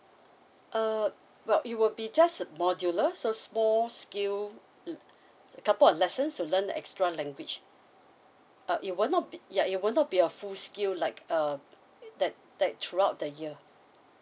uh but it will be just modular so small scale uh couple of lessons to learn extra language uh it will not be ya it will not be a full scale like uh that that throughout the year